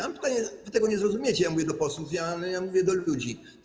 Mam pytanie, wy tego nie zrozumiecie, ja mówię do posłów, ale ja mówię do ludzi.